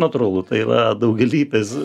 natūralu tai yra daugialypis